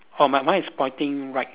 orh but mine is pointing right